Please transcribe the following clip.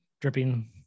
dripping